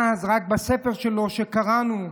אז רק בספר שלו, שקראנו,